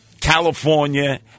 California